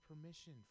permission